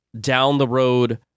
down-the-road